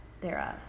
thereof